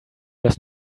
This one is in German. das